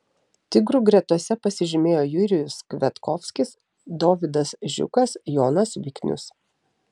tigrų gretose pasižymėjo jurijus kviatkovskis dovydas žiukas jonas viknius